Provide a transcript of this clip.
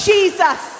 Jesus